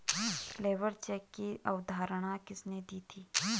Labour check की अवधारणा किसने दी थी?